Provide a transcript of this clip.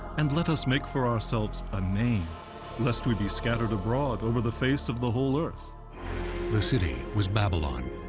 and let us make for ourselves a name lest we be scattered abroad over the face of the whole earth narrator the city was babylon.